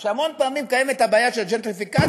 היא שהמון פעמים קיימת הבעיה של ג'נטריפיקציה,